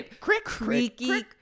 creaky